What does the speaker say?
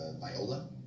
viola